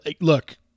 look